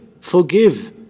forgive